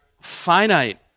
finite